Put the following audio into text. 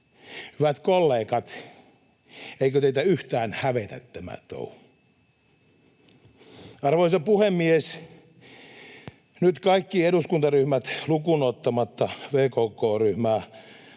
Hyvät kollegat, eikö teitä yhtään hävetä tämä touhu? Arvoisa puhemies! Nyt kaikki eduskuntaryhmät lukuun ottamatta VKK-ryhmää